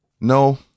No